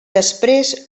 després